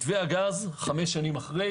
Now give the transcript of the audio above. מתווה הגז חמש שנים אחרי